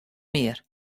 mear